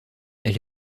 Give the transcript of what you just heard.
elle